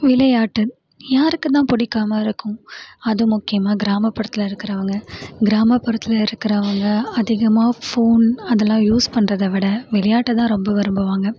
விளையாட்டு யாருக்கு தான் பிடிக்காம இருக்கும் அதுவும் முக்கியமாக கிராமப்புறத்தில் இருக்கிறவங்க கிராமப்புறத்தில் இருக்கிறவங்க அதிகமாக ஃபோன் அதெல்லாம் யூஸ் பண்றதை விட விளையாட்டை தான் ரொம்ப விரும்புவாங்கள்